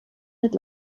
mit